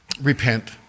repent